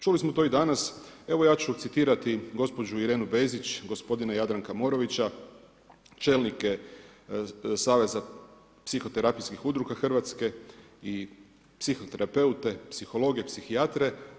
Čuli smo to i danas, evo ja ću citirati gospođu Irenu Bezić, gospodina Jadranka Morovića, čelnike saveza psihoterapijskih udruga Hrvatske i psihoterapeute, psihologe, psihijatre.